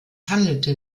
handelte